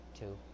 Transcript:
two